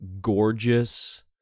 gorgeous